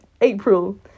April